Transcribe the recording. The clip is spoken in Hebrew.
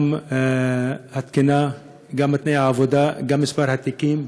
גם התקינה, גם תנאי העבודה, גם מספר התיקים.